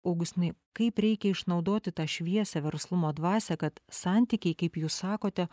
augustinai kaip reikia išnaudoti tą šviesią verslumo dvasią kad santykiai kaip jūs sakote